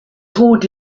tod